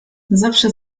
zawsze